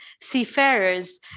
seafarers